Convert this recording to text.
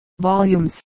Volumes